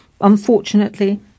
Unfortunately